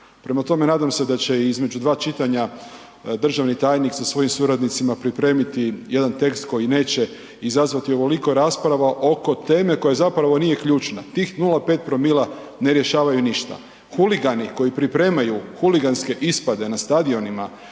Prema tome nadam se da će između dva čitanja državni tajnik sa svojim suradnicima pripremiti jedan tekst koji neće izazvati ovoliko rasprava oko teme koja zapravo nije ključna, tih 0,5‰ ne rješavaju ništa. Huligani koji pripremaju huliganske ispade na stadionima,